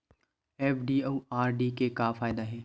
FD अउ RD के का फायदा हे?